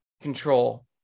control